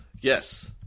Yes